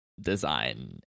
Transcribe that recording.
design